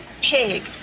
Pig